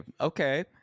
okay